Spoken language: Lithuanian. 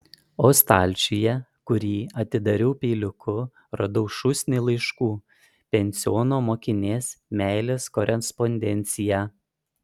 o stalčiuje kurį atidariau peiliuku radau šūsnį laiškų pensiono mokinės meilės korespondenciją